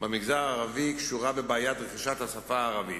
במגזר הערבי קשורה בבעיית רכישת השפה הערבית.